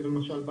למשל,